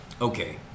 Okay